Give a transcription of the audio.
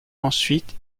ensuite